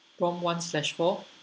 promt one slash four